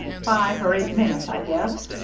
five or eight minutes, i guess